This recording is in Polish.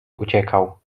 uciekał